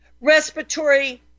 respiratory